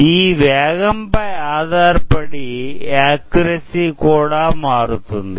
ఈ వేగం పై ఆధారపడి ఆక్యురసి కూడా మారుతుంది